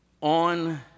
on